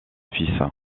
fils